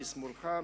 משמאלך,